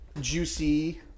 Juicy